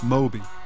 Moby